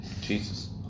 Jesus